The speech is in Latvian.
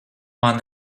man